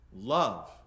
Love